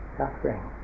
suffering